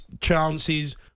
chances